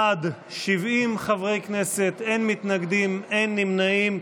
בעד, 70 חברי כנסת, אין מתנגדים, אין נמנעים.